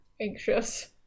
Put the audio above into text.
anxious